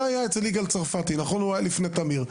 זה היה אצל יגאל צרפתי שהיה לפני תמיר.